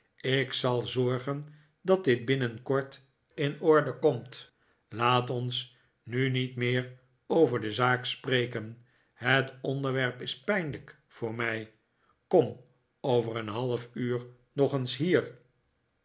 ik zal zorgen dat dit binnenkort in orde komt laat ons nu niet meer over de zaak spreken het onderwerp is pijnlijk voor mij kom over een half uur nog eens hier